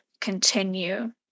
continue